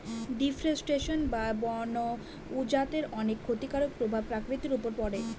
deforestation বা বন উজাড়ের অনেক ক্ষতিকারক প্রভাব প্রকৃতির উপর পড়ে